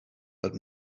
but